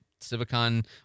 Civicon